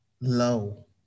low